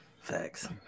Facts